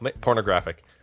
pornographic